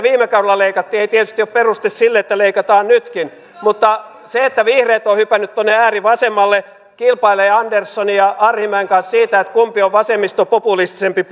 viime kaudella leikattiin ei tietystikään ole peruste sille että leikataan nytkin mutta se että vihreät ovat hypänneet tuonne äärivasemmalle kilpailevat anderssonin ja arhinmäen kanssa siitä kumpi on vasemmistopopulistisempi